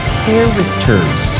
characters